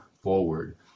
forward